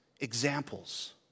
examples